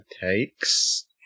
takes